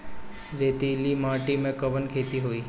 रेतीली माटी में कवन खेती होई?